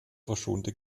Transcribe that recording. verschonte